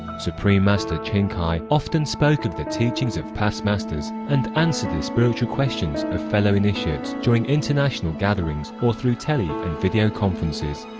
supreme master ching hai often spoke of the teachings of past masters and answered the spiritual questions of fellow initiates during international gatherings or through tele and videoconferences.